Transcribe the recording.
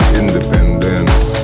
independence